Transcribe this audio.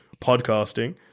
podcasting